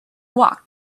walk